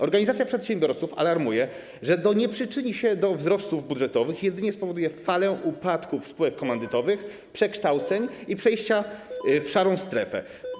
Organizacja przedsiębiorców alarmuje, że to nie przyczyni się do wzrostów budżetowych, a jedynie spowoduje falę upadków spółek komandytowych, przekształceń i przejść w szarą strefę.